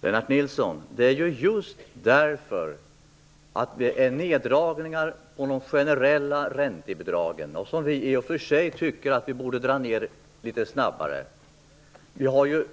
Fru talman! Lennart Nilsson! Just på grund av neddragningarna i de generella räntebidragen - som vi kristdemokrater i och för sig tycker att man borde dra ned på litet snabbare - har